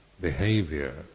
behavior